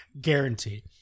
guaranteed